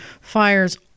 fires